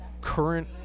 current